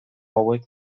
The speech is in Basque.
hauek